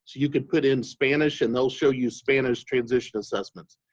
you can put in spanish, and they will show you spanish transition assessments.